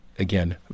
Again